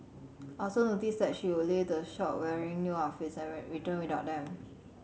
also noticed that she would leave the shop wearing new outfits and returned without them